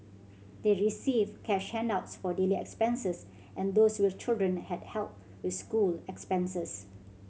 they received cash handouts for daily expenses and those with children had help with school expenses